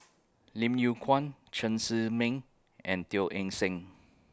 Lim Yew Kuan Chen Zhiming and Teo Eng Seng